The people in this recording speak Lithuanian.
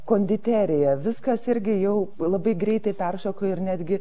konditerija viskas irgi jau labai greitai peršoko ir netgi